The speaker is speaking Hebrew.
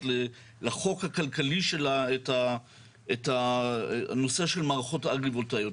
לחוק הכלכלי שלה את הנושא של מערכות האגרי-וולטאיות.